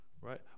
right